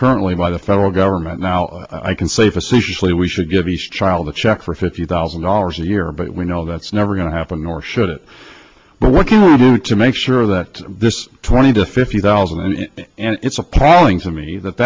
currently by the federal government now i can say facetiously we should give each child a check for fifty thousand dollars a year but we know that's never going to happen nor should it but what can we do to make sure that this twenty to fifty thousand and it's appalling to me that